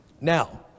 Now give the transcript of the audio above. now